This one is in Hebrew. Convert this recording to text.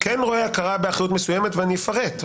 כן רואה הכרה באחריות מסוימת ואני אפרט,